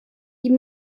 die